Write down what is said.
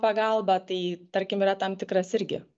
pagalba tai tarkim yra tam tikras irgi